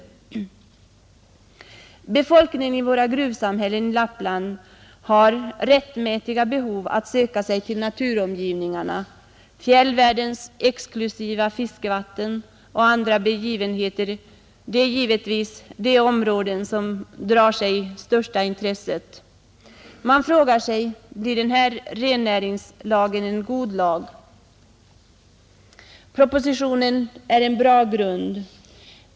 Befolkningen i våra gruvsamhällen i Lappland har rättmätiga behov att söka sig till naturen i omgivningarna. Fjällvärldens exklusiva fiskevatten och andra begivenheter är givetvis det som tilldrar sig största intresset. Man frågar sig: Blir den här rennäringslagen en god lag? Propositionen är en bra grund.